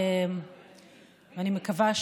תודה רבה.